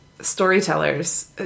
storytellers